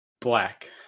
black